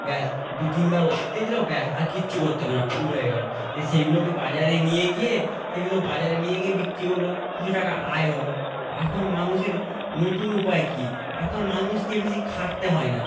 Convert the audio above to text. ব্যাস দু তিন বার ওষুধ দিয়েছিলো ব্যাস আর কিচ্ছু করতে হবে না ফুল হয়ে গেলো সেইগুলোকে বাজারে নিয়ে গিয়ে সেগুলো বাজারে নিয়ে গিয়ে বিক্রি করলো কিছু টাকা আয় হলো এখন মানুষের নতুন উপায় কী এখন মানুষকে বেশি খাটতে হয় না